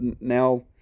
now